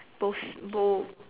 both bo~